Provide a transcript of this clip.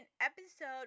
episode